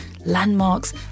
landmarks